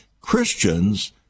Christians